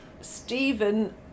Stephen